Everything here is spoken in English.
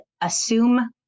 Assume